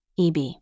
EB